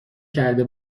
کرده